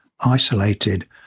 isolated